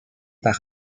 par